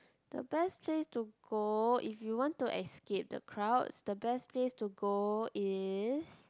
the best place to go if you want to escape the crowds the best place to go is